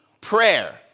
prayer